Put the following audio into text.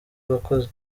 abakozi